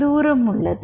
தூரம் உள்ளது